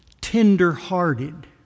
tender-hearted